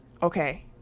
Okay